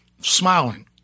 smiling